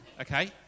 okay